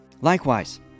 Likewise